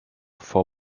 for